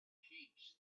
heaps